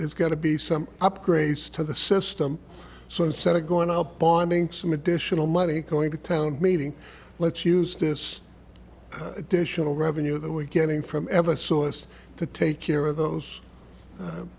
it's got to be some upgrades to the system so instead of going out bonding some additional money going to town meeting let's use this additional revenue that we're getting from ever saw us to take care of those